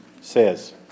says